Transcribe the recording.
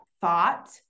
thought